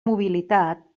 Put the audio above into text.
mobilitat